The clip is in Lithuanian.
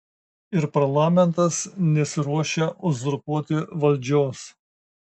ir parlamentas nesiruošia uzurpuoti valdžios